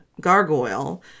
gargoyle